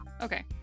Okay